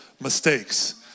mistakes